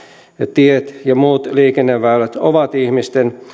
tiet ja muut liikenneväylät ovat ihmisten